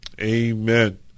Amen